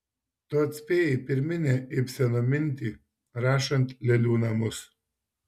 tu atspėjai pirminę ibseno mintį rašant lėlių namus